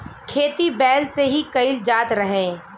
खेती बैल से ही कईल जात रहे